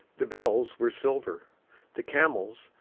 the bells were silver the camels,